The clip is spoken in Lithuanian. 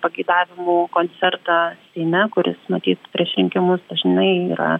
pageidavimų koncertą seime kuris matyt prieš rinkimus dažnai yra